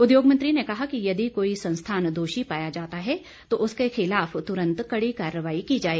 उद्योग मंत्री ने कहा कि यदि कोई संस्थान दोषी पाया जाता है तो उसके खिलाफ तुरंत कड़ी कार्रवाई की जाए